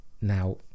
now